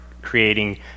creating